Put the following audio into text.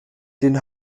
den